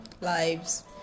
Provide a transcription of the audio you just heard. lives